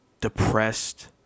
depressed